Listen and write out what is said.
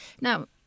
now